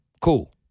Cool